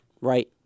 Right